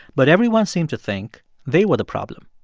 but everyone seemed to think they were the problem.